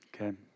Okay